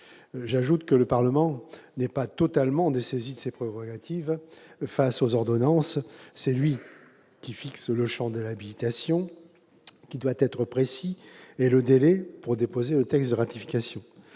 J'ajoute que le Parlement n'est pas totalement dessaisi de ses prérogatives en cas de recours aux ordonnances, car c'est lui qui fixe le champ de l'habilitation, qui doit être précis, et le délai pour déposer le texte de ratification.